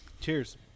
Cheers